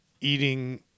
eating